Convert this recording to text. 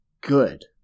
good